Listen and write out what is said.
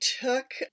took